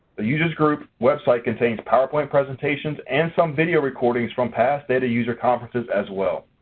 the user's group website contains powerpoint presentations and some video recordings from past data user conferences as well.